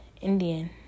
Indian